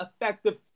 effective